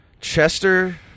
Chester